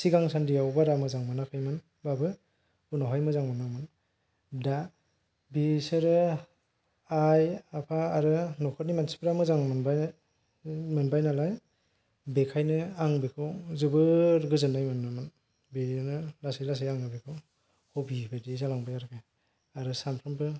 सिगां सानदियाव बारा मोजां मोनाखैमोनब्लाबो उनावहाय मोजां मोनदोंमोन दा बिसोरो आइ आफा आरो न'खरनि मानसिफोरा मोजां मोनबाय नालाय बेखायनो आं बेखौ जोबोद गोजोननाय मोनदोंमोन बिदिनो लासै लासै आङो बेखौ ह'बि बायदि जालांबाय आरो बेयो आरो सामफ्रामबो